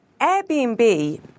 Airbnb